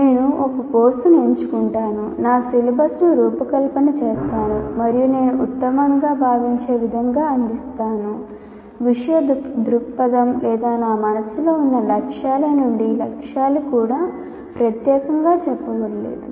నేను ఒక కోర్సును ఎంచుకుంటాను నా సిలబస్ను రూపకల్పన చేస్తాను మరియు నేను ఉత్తమంగా భావించే విధంగా అందిస్తాను విషయ దృక్పథం లేదా నా మనస్సులో ఉన్న లక్ష్యాల నుండి లక్ష్యాలు కూడా ప్రత్యేకంగా చెప్పబడలేదు